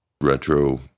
retro